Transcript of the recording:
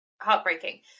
Heartbreaking